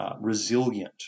resilient